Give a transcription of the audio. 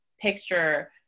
picture